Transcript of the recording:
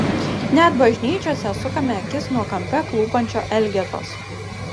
net bažnyčiose sukame akis nuo kampe klūpančio elgetos